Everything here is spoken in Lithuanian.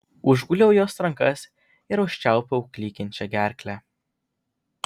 užguliau jos rankas ir užčiaupiau klykiančią gerklę